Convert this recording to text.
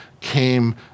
came